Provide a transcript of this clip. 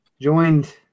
joined